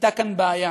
הייתה כאן בעיה,